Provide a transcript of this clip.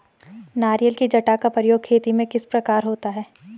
नारियल की जटा का प्रयोग खेती में किस प्रकार होता है?